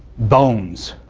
bones,